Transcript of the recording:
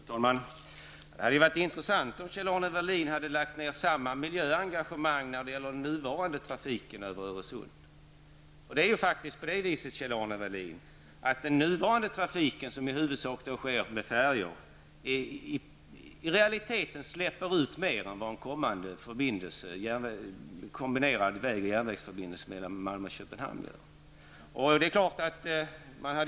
Fru talman! Det hade varit intressant om Kjell Arne Welin hade lagt ner samma miljöengagemang när det gäller den nuvarande trafiken över Öresund. Den nuvarande trafiken, som i huvudsak sker med färjor, släpper i realiteten ut mer än vad en kommande kombinerad väg och järnvägsförbindelse mellan Malmö och Köpenhamn kommer att göra.